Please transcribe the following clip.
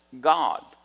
God